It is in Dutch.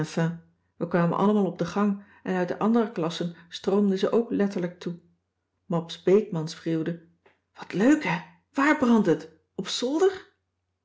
we kwamen allemaal op de gang en uit de andere klassen stroomden ze ook letterlijk toe mabs beekman schreeuwde wat leuk hè waar brandt het op zolder